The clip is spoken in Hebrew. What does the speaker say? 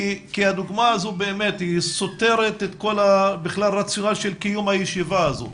כי הדוגמא הזו באמת סותרת בכלל את כל הרציונל של קיום הישיבה הזו.